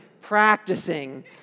practicing